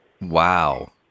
Wow